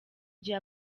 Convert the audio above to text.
gihe